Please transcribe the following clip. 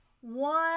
One